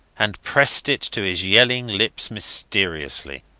and pressed it to his yelling lips mysteriously.